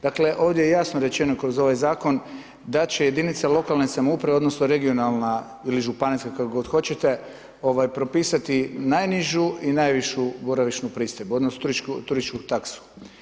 Dakle ovdje je jasno rečeno kroz ovaj zakon da će jedinice lokalne samouprave odnosno regionalna ili županijska, kako god hoćete, propisati najnižu i najvišu boravišnu pristojbu, odnosno turističku taksu.